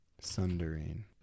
Sundering